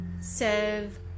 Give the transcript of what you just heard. serve